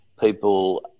people